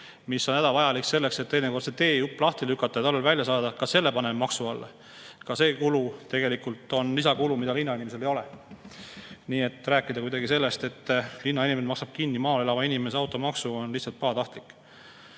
mis on hädavajalik selleks, et teinekord teejupp lahti lükata ja talvel välja saada, maksu alla. Ka see kulu on tegelikult lisakulu, mida linnainimesel ei ole. Nii et rääkida sellest, et linnainimene maksab kinni maal elava inimese automaksu, on lihtsalt pahatahtlik.